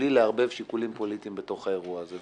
מבלי לערבב שיקולים פוליטיים בתוך האירוע הזה.